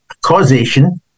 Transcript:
causation